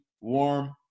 warm